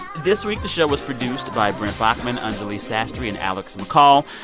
this week the show was produced by brent baughman, anjuli sastry and alex mccall.